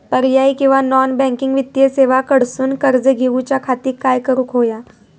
पर्यायी किंवा non banking वित्तीय सेवा कडसून कर्ज घेऊच्या खाती काय करुक होया?